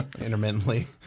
intermittently